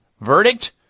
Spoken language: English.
Verdict